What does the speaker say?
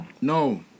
No